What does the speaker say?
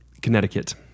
connecticut